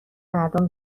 مردم